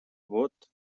vot